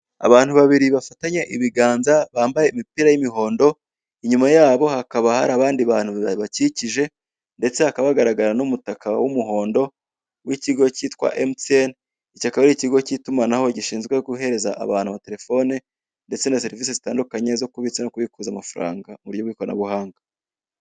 Abantu babiri bafatanye ibiganza bambaye imipira y'imihondo, inyuma yabo hakaba hari abandi bantu babakikije, ndetse hakaba hagaragara n'umutaka w'umuhondo, w'ikigo cyitwa emutiyene, iki akaba ari ikigo cy'itumanaho gishinzwe guhereza abantu amatelefone ndetse na serivisi zitandukanye zo kubitsa no kuyikuza amafaranga, mu buryo bw'iranabuhanga.